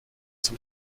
zum